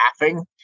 laughing